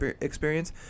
experience